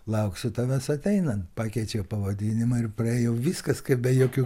lauksiu tavęs ateinant pakeičiau pavadinimą ir praėjo viskas kaip be jokių